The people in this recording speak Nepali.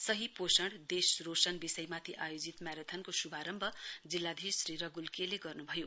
सही पोषण देश रोशन विषयमाथि आयोजित म्याराथनको शुभारम्भ जिल्लाधीश श्री रगुल के ले गर्नुभयो